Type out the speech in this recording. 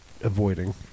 avoiding